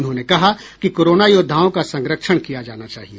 उन्होंने कहा कि कोरोना योद्धाओं का संरक्षण किया जाना चाहिए